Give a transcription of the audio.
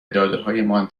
دادههایمان